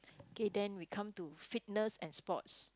okay then we come to fitness and sports